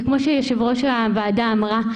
כמו שיושבת-ראש הוועדה אמרה: